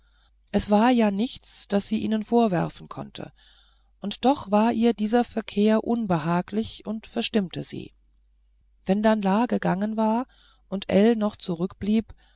es war ja nichts das sie ihnen vorwerfen konnte und doch war ihr dieser verkehr unbehaglich und verstimmte sie wenn dann la gegangen war und ell noch zurückblieb